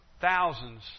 Thousands